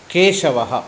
केशवः